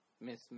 Miss